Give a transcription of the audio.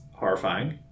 Horrifying